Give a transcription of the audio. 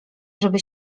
żeby